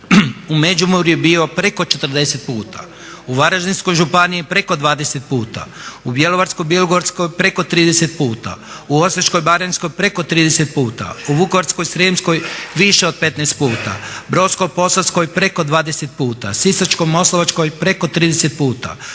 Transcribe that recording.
u Međimurju bio preko 40 puta, u Varaždinskoj županiji preko 20 puta, u Bjelovarsko-bilogorskoj preko 30 puta, u Osječko-baranjskoj preko 30 puta u Vukovarsko-srijemskoj više od 15 puta, Brodsko-posavskoj preko 20 puta, Sisačko-moslavačkoj preko 30 puta,